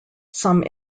some